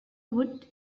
would